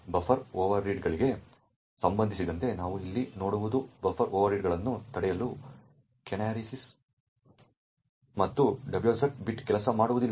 buffer over ರೀಡ್ಗಳಿಗೆ ಸಂಬಂಧಿಸಿದಂತೆ ನಾವು ಇಲ್ಲಿ ನೋಡುವುದು ಬಫರ್ ಓವರ್ರೀಡ್ಗಳನ್ನು ತಡೆಯಲು ಕ್ಯಾನರಿಗಳು ಮತ್ತು WX ಬಿಟ್ ಕೆಲಸ ಮಾಡುವುದಿಲ್ಲ